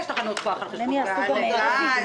יש תחנות כוח שפועלות על גז.